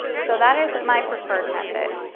so that is my preferred method.